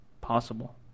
possible